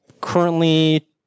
currently